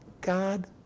God